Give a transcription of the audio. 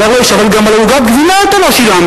אומר לו האיש: אבל גם על עוגת הגבינה לא שילמת.